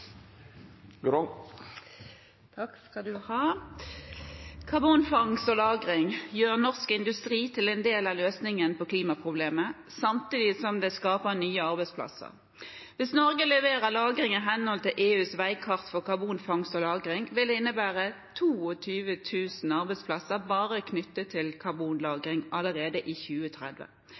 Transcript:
en del av løsningen på klimaproblemet samtidig som det skaper nye arbeidsplasser. Hvis Norge leverer lagring i henhold til EUs veikart for karbonfangst og -lagring, vil det innebære 22 000 arbeidsplasser bare knyttet til karbonlagring allerede i 2030.